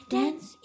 dance